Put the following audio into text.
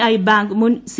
I ബ്രാങ്ക് മുൻ C